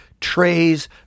trays